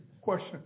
question